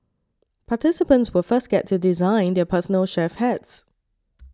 participants will first get to design their personal chef hats